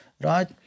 right